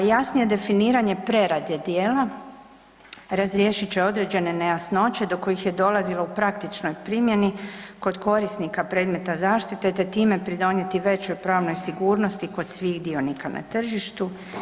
Jasnije definiranje prerade djela razriješit će određene nejasnoće do kojih je dolazilo u praktičnoj primjeni kod korisnika predmeta zaštite te time pridonijeti većoj pravnoj sigurnosti kod svih dionika na tržištu.